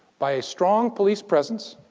by a strong police presence,